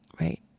right